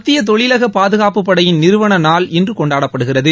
மத்திய தொழிலக பாதுகாப்புப் படையின் நிறுவன நாள் இன்று கொண்டாடப்படுகிறது